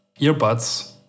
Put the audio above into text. earbuds